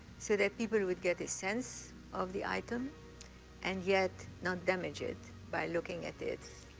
so that people would get a sense of the item and yet not damage it by looking at it.